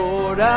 Lord